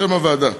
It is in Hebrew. שם הוועדה: